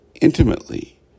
intimately